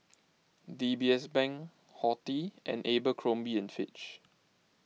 D B S Bank Horti and Abercrombie and Fitch